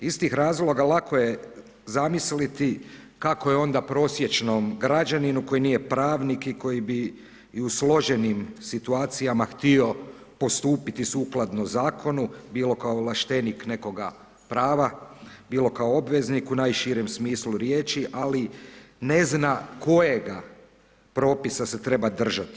Iz tih razloga lako je zamisliti kako je onda prosječnom građaninu koji nije pravnik i koji bi i u složenim situacijama htio postupiti sukladno Zakonu, bilo kao ovlaštenik nekoga prava, bilo kao obveznik u najširem smislu riječi, ali ne zna kojega propisa se treba držati.